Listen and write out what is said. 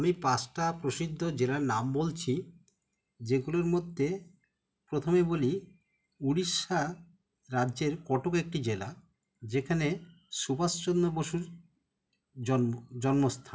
আমি পাঁচটা প্রসিদ্ধ জেলার নাম বলছি যেগুলোর মদ্যে প্রথমেই বলি উড়িষ্যা রাজ্যের কটক একটি জেলা যেখানে সুভাষচন্দ্র বসুর জন্ম জন্মস্থান